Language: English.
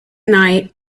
night